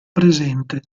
presente